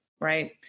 right